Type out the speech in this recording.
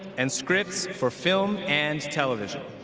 and scripts for film and television.